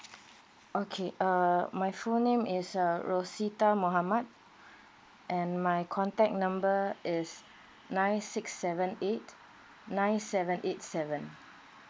okay err my full name is uh rosita mohamad and my contact number is nine six seven eight nine seven eight seven